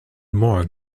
mark